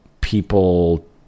people